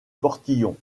portillon